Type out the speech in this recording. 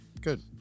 Good